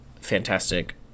fantastic